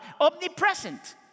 omnipresent